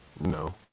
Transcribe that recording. no